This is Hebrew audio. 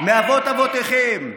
מאבות אבותיכם?